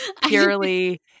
purely